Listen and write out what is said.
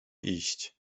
iść